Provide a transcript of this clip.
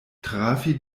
trafi